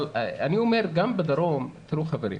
אבל אני אומר, גם בדרום תראו חברים,